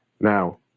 now